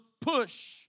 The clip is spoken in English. push